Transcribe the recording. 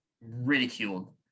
ridiculed